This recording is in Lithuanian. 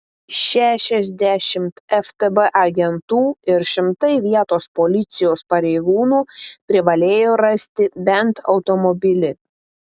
šešiasdešimt ftb agentų ir šimtai vietos policijos pareigūnų privalėjo rasti bent automobilį